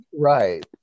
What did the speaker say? Right